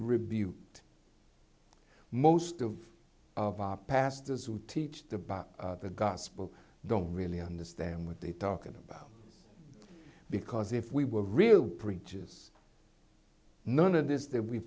rebuked most of of our pastors who teach the bout the gospel don't really understand what they talk about because if we were real preachers none of these that we